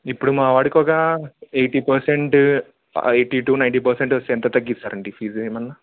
ఇప్పుడు మా వాడికి ఒక eighty percent eighty to ninety percent వస్తే ఎంత తగ్గిస్తారండి ఫీజు ఏమన్నా